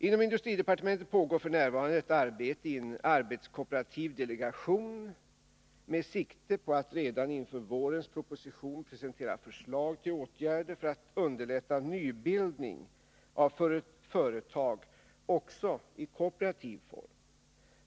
Inom industridepartementet pågår nu ett arbete i en arbetskooperativ delegation med sikte på att redan inför vårens proposition presentera förslag till åtgärder för att underlätta nybildning av företag också i kooperativ form.